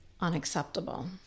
unacceptable